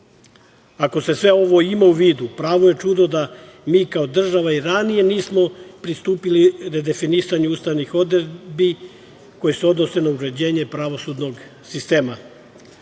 se sve ovo ima u vidu, pravo je čudo da mi kao država i ranije nismo pristupili redefinisanju ustavnih odredbi koje se odnose na uređenje pravosudnog sistema.